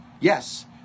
Yes